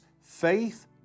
faith